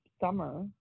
summer